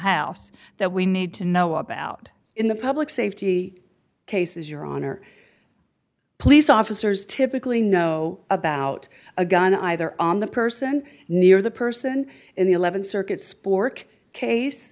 house that we need to know about in the public safety cases your honor police officers typically know about a gun either on the person near the person in the th circuit spork case